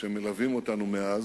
שמלוות אותנו מאז,